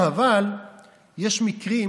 אבל יש מקרים